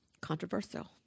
controversial